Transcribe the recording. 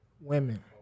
women